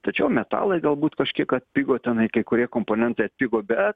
tačiau metalai galbūt kažkiek atpigo tenai kai kurie komponentai atpigo be